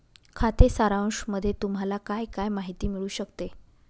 खाते सारांशामध्ये तुम्हाला काय काय माहिती मिळू शकते?